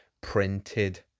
printed